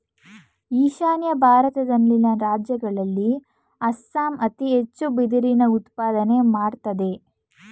ಈಶಾನ್ಯ ಭಾರತದಲ್ಲಿನ ರಾಜ್ಯಗಳಲ್ಲಿ ಅಸ್ಸಾಂ ಅತಿ ಹೆಚ್ಚು ಬಿದಿರಿನ ಉತ್ಪಾದನೆ ಮಾಡತ್ತದೆ